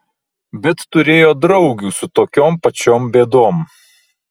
bet turėjo draugių su tokiom pačiom bėdom